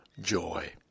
joy